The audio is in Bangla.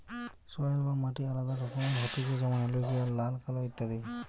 সয়েল বা মাটি আলাদা রকমের হতিছে যেমন এলুভিয়াল, লাল, কালো ইত্যাদি